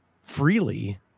freely